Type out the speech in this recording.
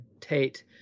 Tate